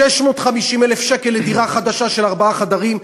650,000 שקל לדירה חדשה של ארבעה חדרים.